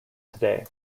today